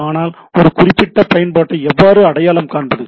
ஆனால் ஒரு குறிப்பிட்ட பயன்பாட்டை எவ்வாறு அடையாளம் காண்பது